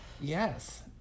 Yes